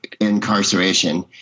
incarceration